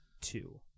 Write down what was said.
two